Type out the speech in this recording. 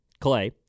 Clay